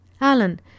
Alan